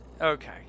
okay